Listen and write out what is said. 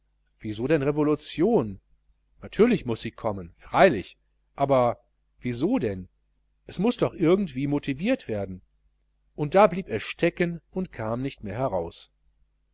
wieso denn revolution natürlich muß sie kommen freilich aber wieso denn es muß doch irgendwie motiviert werden und da blieb er stecken und kam nicht heraus